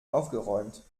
aufgeräumt